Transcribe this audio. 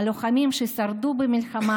הלוחמים ששרדו במלחמה